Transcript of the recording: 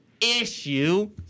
issue